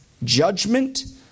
Judgment